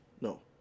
no